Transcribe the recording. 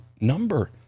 number